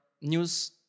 News